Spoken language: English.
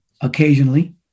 occasionally